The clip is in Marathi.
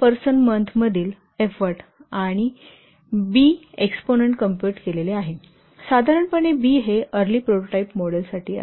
पर्सन मंथ मधील एफ्फोर्ट आणि B एक्सपोनंन्ट कॉम्पुट केलेले आहे साधारणपणे B हे अर्ली प्रोटोटाइप मॉडेलसाठी आहे